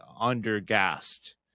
under-gassed